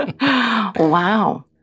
wow